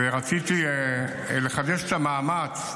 ורציתי לחדש את המאמץ,